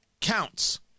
counts